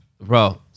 bro